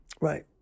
Right